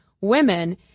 women